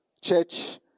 church